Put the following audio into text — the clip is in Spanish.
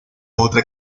otra